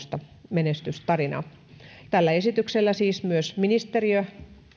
menestystarinaa tällä esityksellä siis myös ministeriö